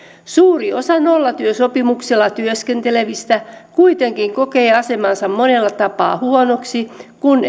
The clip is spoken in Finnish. suuri osa nollatyösopimuksella työskentelevistä kuitenkin kokee asemansa monella tapaa huonoksi kun